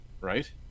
right